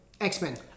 X-Men